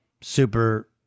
Super